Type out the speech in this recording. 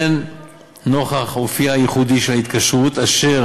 בין נוכח אופייה הייחודי של ההתקשרות אשר